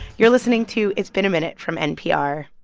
you're listening to it's been a minute from npr